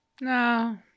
No